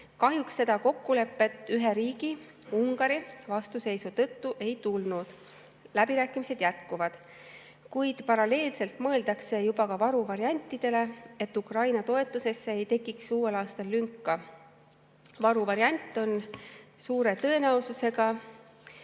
Kahjuks seda kokkulepet ühe riigi, Ungari vastuseisu tõttu ei tulnud. Läbirääkimised jätkuvad, kuid paralleelselt mõeldakse ka varuvariantidele, et Ukraina toetamisel ei tekiks uuel aastal lünka. Varuvariant suure tõenäosusega